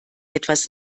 etwas